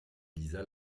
lisa